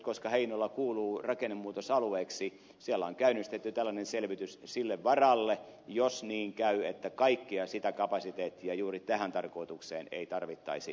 koska heinola kuuluu rakennemuutosalueisiin siellä on käynnistetty tällainen selvitys sille varalle jos niin käy että kaikkea sitä kapasiteettia juuri tähän tarkoitukseen ei tarvittaisi